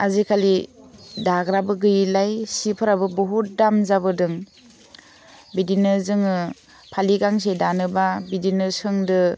आजिखालि दाग्राबो गैयिलाय सिफोराबो बुहुत दाम जाबोदों बिदिनो जोङो फालि गांसे दानोबा बिदिनो सोंदो